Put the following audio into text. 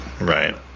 right